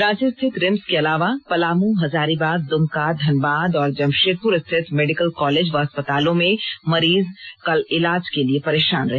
रांची स्थित रिम्स के अलावा पलामू हजारीबाग दुमका धनबाद और जमशेदपुर स्थित मेडिकल कालेज व अस्पतालों में मरीज कल इलाज के लिए परेशान रहे